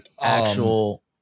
actual